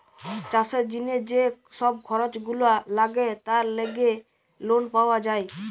চাষের জিনে যে সব খরচ গুলা লাগে তার লেগে লোন পাওয়া যায়